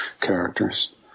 characters